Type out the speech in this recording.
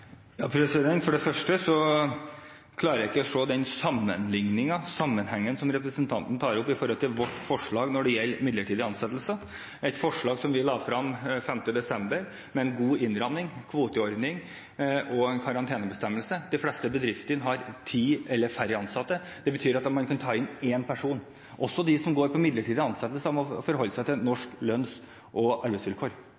klarer ikke å se den sammenhengen som representanten tar opp når det gjelder vårt forslag om midlertidige ansettelser, et forslag som vi la frem 5. desember, med en god innramming, en kvoteordning og en karantenebestemmelse. De fleste bedriftene har ti eller færre ansatte. Det betyr at man kan ta inn én person. Også de som er i midlertidige ansettelser, må forholde seg til